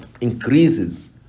increases